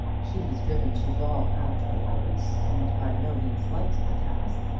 she was driven to bawl out her words, and by no means liked the task.